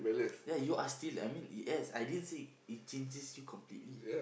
ya you are still I mean it yes I didn't say it changes you completely